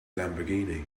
lamborghini